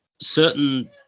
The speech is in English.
certain